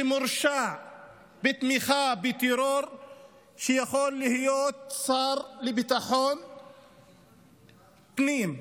שמורשע בתמיכה בטרור יכול להיות שר לביטחון הפנים.